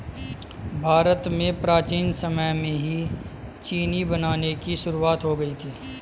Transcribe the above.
भारत में प्राचीन समय में ही चीनी बनाने की शुरुआत हो गयी थी